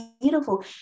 beautiful